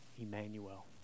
Emmanuel